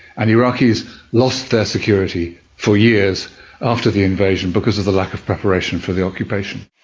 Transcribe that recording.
and iraqis lost their security for years after the invasion because of the lack of preparation for the occupation.